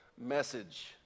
message